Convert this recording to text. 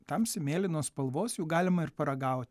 tamsiai mėlynos spalvos jų galima ir paragau